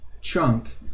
chunk